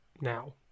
now